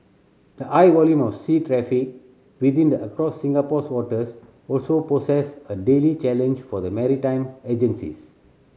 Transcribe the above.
the high volume of sea traffic within the across Singapore's waters also poses a daily challenge for the maritime agencies